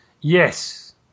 Yes